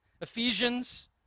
Ephesians